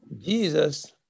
Jesus